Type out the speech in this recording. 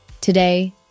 Today